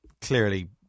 clearly